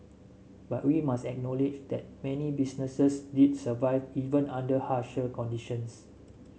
but we must acknowledge that many businesses did survive even under harsher conditions